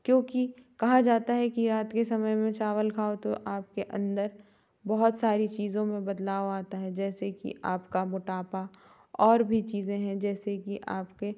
क्योंकि कहा जाता है कि रात के समय में चावल खाओ तो आपके अंदर बहुत सारी चीज़ों में बदलाव आता है जैसे कि आपका मोटापा और भी चीज़े हैं जैसे कि आपके